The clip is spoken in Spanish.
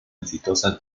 exitosa